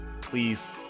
Please